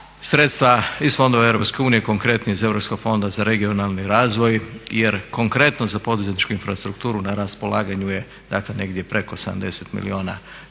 sredstva iz fondova EU konkretnije iz Europskog fonda za regionalni razvoj jer konkretno za poduzetničku infrastrukturu na raspolaganju je, dakle negdje preko 70 milijuna